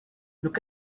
look